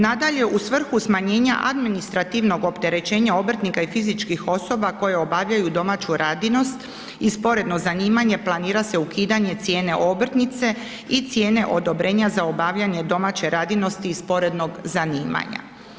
Nadalje, u svrhu smanjena administrativnog opterećenja obrtnika i fizičkih osoba koje obavljaju domaću radinost i sporno zanimanje planira se ukidanje cijene obrtnice i cijene odobrenja za obavljanje domaće radinosti i sporednog zanimanja.